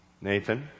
Nathan